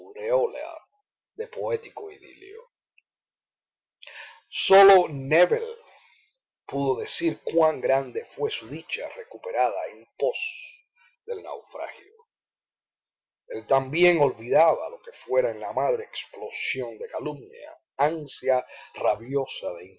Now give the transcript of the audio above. de poético idilio sólo nébel pudo decir cuán grande fué su dicha recuperada en pos del naufragio el también olvidaba lo que fuera en la madre explosión de calumnia ansia rabiosa de